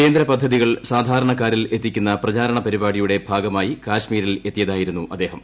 കേന്ദ്ര പദ്ധതികൾ സാധാരണക്കാരിലെത്തിക്കുന്ന പ്രചാരണ പരിപാടിയുടെ ഭാഗമായി കശ്മീരിലെത്തിയതായിരുന്നു അദ്ദേഹം